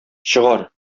чыгар